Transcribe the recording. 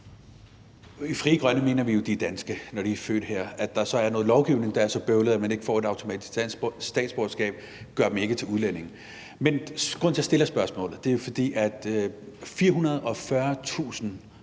I Frie Grønne mener vi jo, at de er danske, fordi de er født her. At der så er noget lovgivning, der er så bøvlet, at man ikke automatisk får et dansk statsborgerskab, gør dem ikke til udlændinge. Men grunden til, jeg stiller spørgsmålet, er, at 440.000